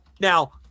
Now